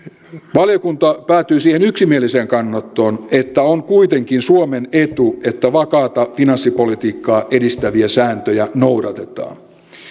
valiokunta päätyi siihen yksimieliseen kannanottoon että on kuitenkin suomen etu että vakaata finanssipolitiikkaa edistäviä sääntöjä noudatetaan